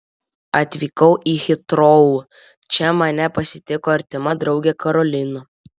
atvykau į hitrou čia mane pasitiko artima draugė karolina